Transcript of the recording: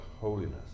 holiness